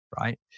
right